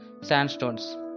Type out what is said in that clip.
sandstones